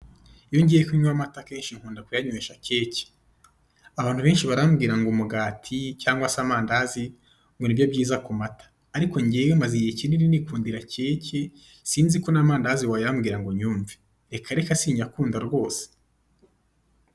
Iyo ngiye kunywa amata akenshi nkunda kuyanywesha keke. Abantu benshi barambwira ngo umugati cyangwa se amandazi ngo nibyo byiza ku mata, ariko ngewe maze igihe kinini nikundira keke sinzi ko n'amandazi wayambwira ngo nyumve reka reka sinyakunda rwose.